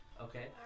Okay